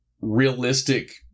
realistic